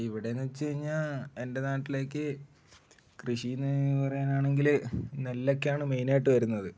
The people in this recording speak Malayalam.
ഇവിടെ എന്നുവച്ചുകഴിഞ്ഞാല് എൻ്റെ നാട്ടിലേക്കു കൃഷി എന്നു പറയാനാണെങ്കില് നെല്ലൊക്കെയാണ് മെയിനായിട്ടു വരുന്നത്